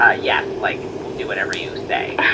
ah yes. like we'll do whatever you say,